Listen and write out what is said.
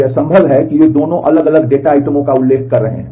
यह संभव है कि वे दो अलग अलग डेटा आइटमों का उल्लेख कर रहे हैं